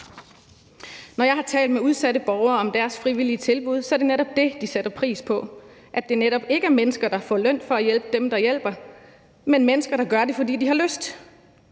Når jeg har talt med udsatte borgere om deres frivillige tilbud, er det netop det, de sætter pris på – at det netop ikke er mennesker, der får løn for at hjælpe dem, som hjælper, men mennesker, der gør det, fordi de har lyst